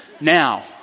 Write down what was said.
Now